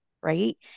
right